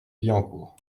billancourt